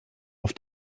auf